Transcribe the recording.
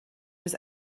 was